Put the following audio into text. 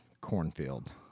cornfield